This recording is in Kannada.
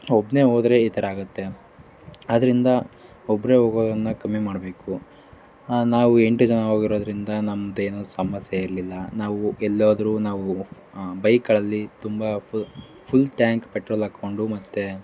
ಒಬ್ಬನೇ ಹೋದ್ರೆ ಈ ಥರ ಆಗುತ್ತೆ ಆದ್ದರಿಂದ ಒಬ್ಬರೇ ಹೋಗೋದನ್ನ ಕಮ್ಮಿ ಮಾಡಬೇಕು ನಾವು ಎಂಟು ಜನ ಹೋಗಿರೋದರಿಂದ ನಮ್ಮದೇನು ಸಮಸ್ಯೆ ಇರಲಿಲ್ಲ ನಾವು ಎಲ್ಲೋದರೂ ನಾವು ಫ್ ಬೈಕ್ಗಳಲ್ಲಿ ತುಂಬ ಫುಲ್ ಫುಲ್ ಟ್ಯಾಂಕ್ ಪೆಟ್ರೋಲ್ ಹಾಕಿಕೊಂಡು ಮತ್ತು